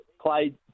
played